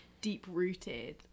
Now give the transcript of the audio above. deep-rooted